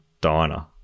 diner